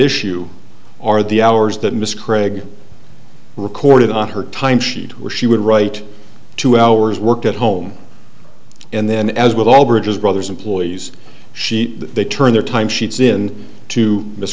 issue are the hours that miss craig recorded on her time sheet where she would write two hours worked at home and then as with all bridges brothers employees she they turn their time sheets in to m